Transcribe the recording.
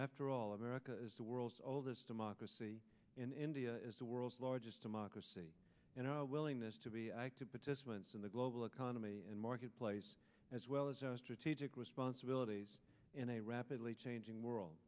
after all america is the world's oldest democracy india is the world's largest democracy and our willingness to be active participants in the global economy and marketplace as well as our strategic responsibilities in a rapidly changing world